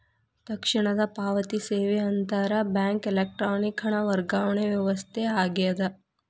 ತಕ್ಷಣದ ಪಾವತಿ ಸೇವೆ ಅಂತರ್ ಬ್ಯಾಂಕ್ ಎಲೆಕ್ಟ್ರಾನಿಕ್ ಹಣ ವರ್ಗಾವಣೆ ವ್ಯವಸ್ಥೆ ಆಗ್ಯದ